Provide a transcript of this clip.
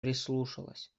прислушалась